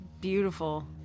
beautiful